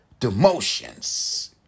demotions